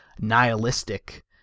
nihilistic